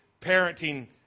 parenting